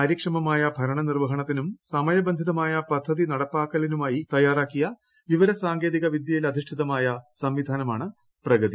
കാര്യക്ഷമമായ ഭരണ നിർവ്വഹണത്തിനും സമയ ബന്ധിതമായ പദ്ധതി നടപ്പാക്കലിനുമായി തയ്യാറാക്കിയ വിവരസാങ്കേതിക വിദൃയിലധിഷ്ഠിതമായ സംവിധാനമാണ് പ്രഗതി